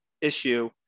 issue